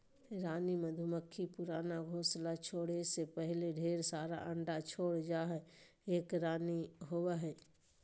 रानी मधुमक्खी पुराना घोंसला छोरै से पहले ढेर सारा अंडा छोड़ जा हई, एक रानी होवअ हई